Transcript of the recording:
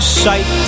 sight